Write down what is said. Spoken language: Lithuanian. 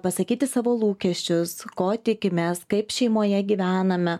pasakyti savo lūkesčius ko tikimės kaip šeimoje gyvename